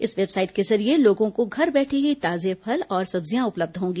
इस वेबसाइट के जरिए लोगों को घर बैठे ही ताजे फल और सब्जियां उपलब्ध होंगी